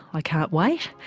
i can't wait,